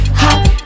hop